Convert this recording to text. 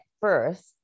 first